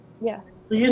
yes